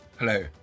Hello